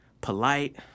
Polite